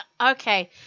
Okay